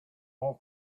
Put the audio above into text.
whole